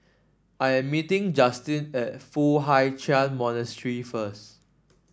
I am meeting Justin at Foo Hai Ch'an Monastery first